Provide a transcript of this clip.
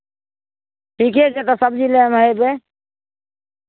ठीके छै तऽ सबजी लै ले अयबै